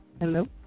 Hello